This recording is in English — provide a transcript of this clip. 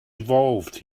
evolved